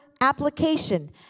application